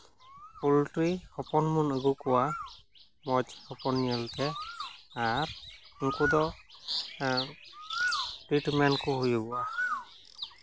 poultry ᱦᱚᱯᱚᱱ ᱵᱚᱱ ᱟᱹᱜᱩ ᱠᱚᱣᱟ ᱢᱚᱡᱽ ᱦᱚᱯᱚᱱ ᱧᱮᱞ ᱛᱮ ᱟᱨ ᱩᱱᱠᱩ ᱫᱚ ᱯᱮᱰ ᱢᱮᱱ ᱠᱚ ᱦᱩᱭᱩᱜᱚᱜᱼᱟ